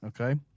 Okay